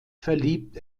verliebt